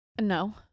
No